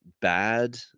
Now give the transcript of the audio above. bad